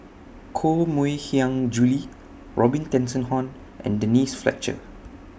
Koh Mui Hiang Julie Robin Tessensohn and Denise Fletcher